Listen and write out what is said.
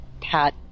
pat